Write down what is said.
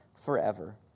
forever